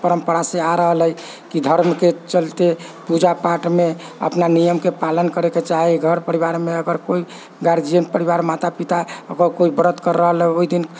परम्परासँ आ रहल हइ कि धर्मके चलते पूजा पाठमे अपना नियमके पालन करयके चाही घर परिवारमे अगर कोइ गार्जियन परिवार माता पिता अगर कोइ व्रत करि रहल हइ ओहि दिन